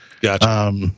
Gotcha